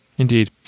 Indeed